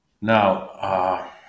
Now